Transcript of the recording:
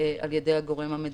על ידי הגורם המדינתי,